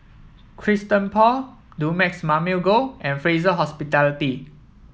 Christian Paul Dumex Mamil Gold and Fraser Hospitality